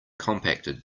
compacted